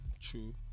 True